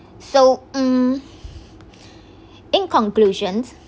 so mm in conclusion